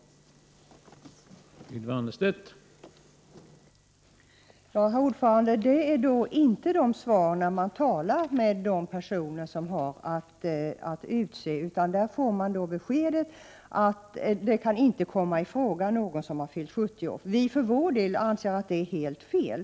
Det har således inte gått ut något 26 maj 1989